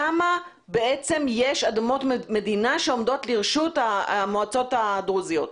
כמה אדמות מדינה יש שעומדות לרשות המועצות הדרוזיות?